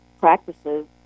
practices